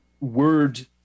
word